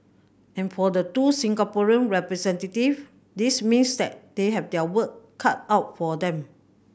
and for the two Singaporean representatives this means that they have their work cut out for them